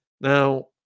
Now